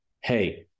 Hey